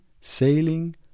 sailing